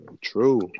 True